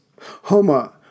Homa